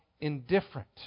indifferent